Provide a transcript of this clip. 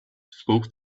spoke